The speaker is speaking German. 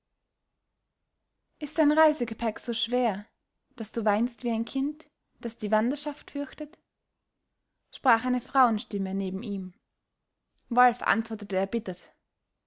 ist dein reisegepäck so schwer daß du weinst wie ein kind das die wanderschaft fürchtet sprach eine frauenstimme neben ihm wolf antwortete erbittert